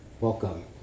Welcome